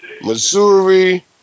Missouri